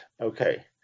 Okay